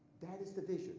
that is the